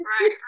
Right